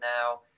now